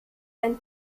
ein